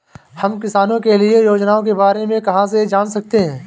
हम किसानों के लिए योजनाओं के बारे में कहाँ से जान सकते हैं?